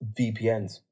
VPNs